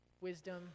wisdom